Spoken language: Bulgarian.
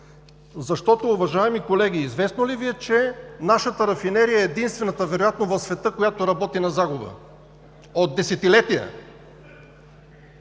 Защото, уважаеми колеги, известно ли Ви е, че нашата рафинерия е вероятно единствената в света, която работи на загуба от десетилетия?